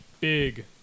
big